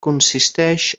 consisteix